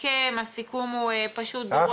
קשישים שעלו לארץ,